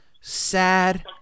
sad